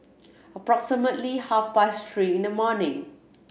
approximately half past three in the morning